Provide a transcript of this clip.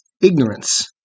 ignorance